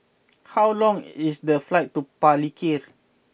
how long is the flight to Palikir